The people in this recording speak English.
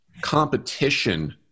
competition